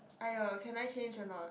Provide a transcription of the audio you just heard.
!aiyo! can I change or not